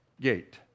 gate